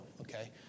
okay